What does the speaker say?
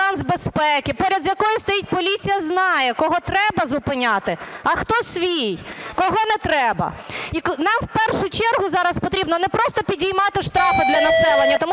перед якою стоїть поліція, знає, кого треб зупиняти, а хто свій, кого не треба. Нам в першу чергу зараз потрібно не просто підіймати штрафи для населення,